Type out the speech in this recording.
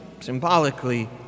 symbolically